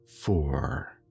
four